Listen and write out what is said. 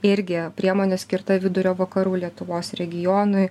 irgi priemonė skirtą vidurio vakarų lietuvos regionui